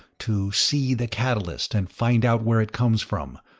to see the catalyst and find out where it comes from,